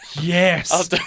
Yes